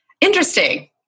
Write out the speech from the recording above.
interesting